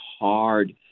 hard